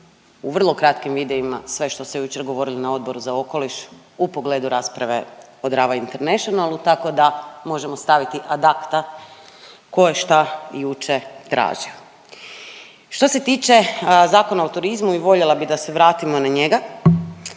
u vrlo kratkim videima sve što ste jučer govorili na Odboru za okoliš u pogledu rasprave o Drava Internationalu tako da možemo staviti ad acta tko je šta jučer tražio. Što se tiče Zakona o turizmu i voljela bih da se vratimo na njega.